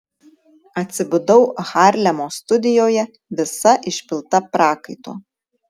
atsibudau harlemo studijoje visa išpilta prakaito